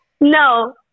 No